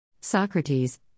Socrates